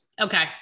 Okay